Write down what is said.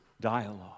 dialogue